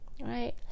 right